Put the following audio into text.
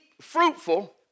fruitful